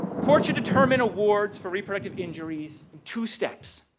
courts should determine awards for reproductive injuries in two steps.